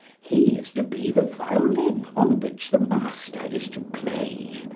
he is to be the violin on which the master is to play.